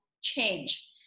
change